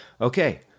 Okay